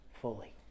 fully